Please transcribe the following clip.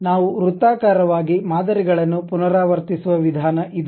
ನಾವು ವೃತ್ತಾಕಾರವಾಗಿ ಮಾದರಿಗಳನ್ನು ಪುನರಾವರ್ತಿಸುವ ವಿಧಾನ ಇದು